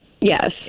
Yes